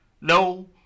No